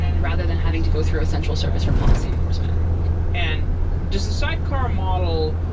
rather than having to go through a central service for policy enforcement and does the sidecar model,